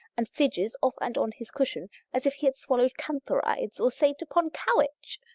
and fidges off and on his cushion as if he had swallowed cantharides, or sate upon cow-itch.